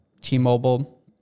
T-Mobile